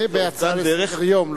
זה בהצעה לסדר-היום,